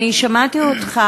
אני שמעתי אותך.